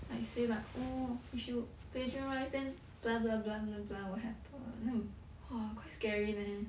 like say like oh if you plagiarise then blah blah blah blah blah will have pu~ mm !whoa! quite scary leh